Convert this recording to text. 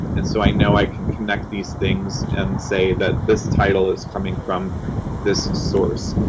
and so i know i can connect these things and say that this title is coming from this source.